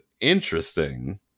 interesting